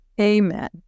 Amen